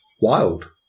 wild